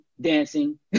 dancing